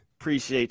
Appreciate